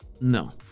No